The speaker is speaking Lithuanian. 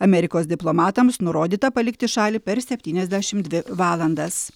amerikos diplomatams nurodyta palikti šalį per septyniasdešim dvi valandas